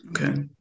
Okay